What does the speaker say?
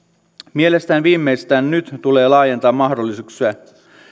mielestäni viimeistään nyt tulee laajentaa mahdollisuuksia